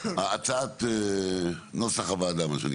הצעת נוסח הוועדה מה שנקרא.